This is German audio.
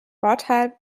vorteil